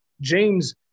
James